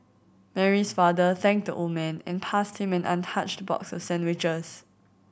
Mary's father thanked the old man and passed him an untouched boxes sandwiches